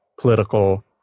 political